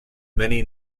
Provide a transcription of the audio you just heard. many